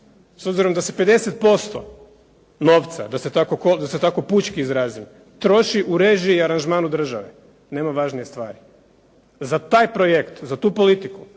S obzirom da se 50% novca, da se tako pučki izrazim, troši u režiji i aranžmanu države nema važnije stvari. Za taj projekt, za tu politiku